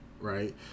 right